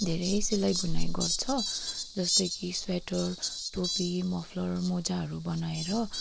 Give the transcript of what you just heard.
धेरै सिलाइ बुनाइ गर्छ जस्तो कि स्वेटर टोपी मफलर मोजाहरू बनाएर